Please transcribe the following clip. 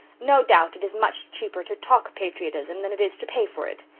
no doubt it is much cheaper to talk patriotism than it is to pay for it.